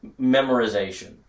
memorization